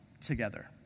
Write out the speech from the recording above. together